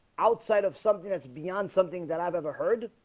outside of something that's beyond something that i've ever heard